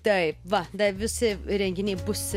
taip va dar visi renginiai bus